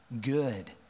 good